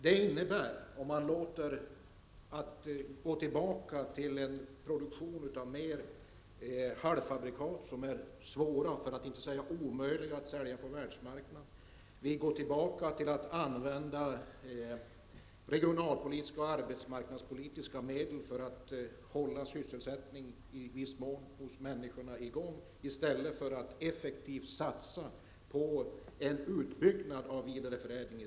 Det innebär att vi går tillbaka till en större produktion av halvfabrikat som är svåra, för att inte säga omöjliga att sälja på världsmarknaden. Vi går tillbaka till att använda regionalpolitiska och arbetsmarknadspolitiska medel för att hålla sysselsättningen i gång i viss mån, i stället för att effektivt satsa på en utbyggnad av vidareförädling.